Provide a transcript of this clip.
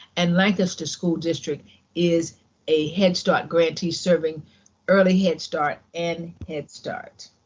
and lancaster school district is a head start grantee serving early head start and head start.